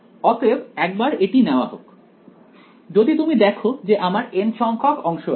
অতএব একবার এটি নেওয়া হোক যদি তুমি দেখো যে আমার n সংখ্যক অংশ আছে